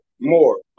more